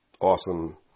awesome